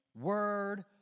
word